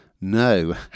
No